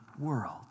world